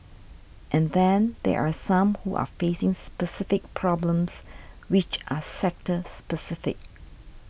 and then there are some who are facing specific problems which are sector specific